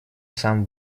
сам